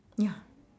ya